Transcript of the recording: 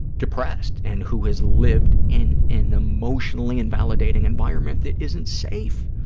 depressed and who has lived in an emotionally invalidating environment that isn't safe.